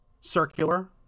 circular